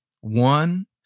one